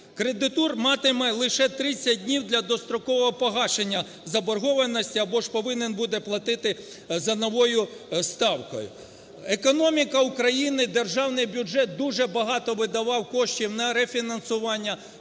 Кредитор матиме лише 30 днів для дострокового погашення заборгованості або ж повинен буде платити за новою ставкою. Економіка України і державний бюджет дуже багато видавав коштів на рефінансування.